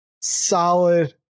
solid